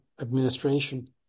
administration